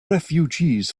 refugees